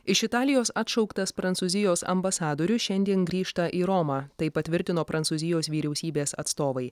iš italijos atšauktas prancūzijos ambasadorius šiandien grįžta į romą tai patvirtino prancūzijos vyriausybės atstovai